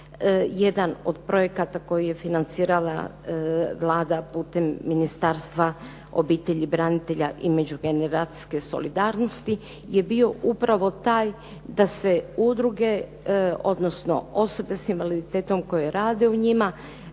Jedan od projekata koji je financirala Vlada putem Ministarstva obitelji, branitelja i međugeneracijske solidarnosti je bio upravo taj da se udruge, odnosno osobe s invaliditetom koje rade u njima